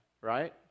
right